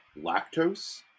lactose